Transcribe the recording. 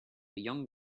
young